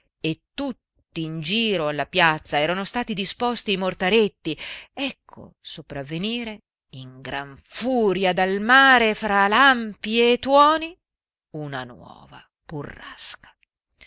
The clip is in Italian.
e tutt'in giro alla piazza erano stati disposti i mortaretti ecco sopravvenire in gran furia dal mare fra lampi e tuoni una nuova burrasca